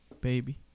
Baby